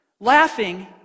Laughing